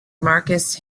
marcus